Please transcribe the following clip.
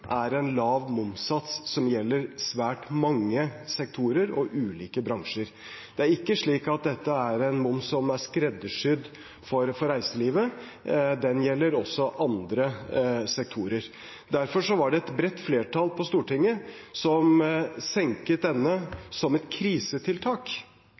er ikke slik at dette er en moms som er skreddersydd for reiselivet; den gjelder også andre sektorer. Derfor var det et bredt flertall på Stortinget som senket